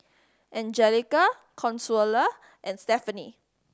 Angelica Consuela and Stephanie